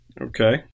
Okay